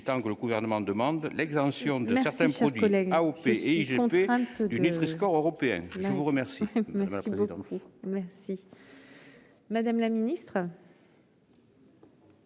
que le gouvernement demande l'exemption de certains mots AOP et du nutriscore européen, je vous remercie.